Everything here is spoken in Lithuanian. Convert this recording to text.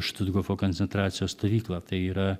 štuthofo koncentracijos stovyklą tai yra